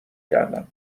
کردم